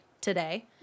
today